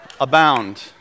Abound